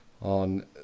on